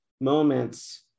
moments